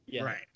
Right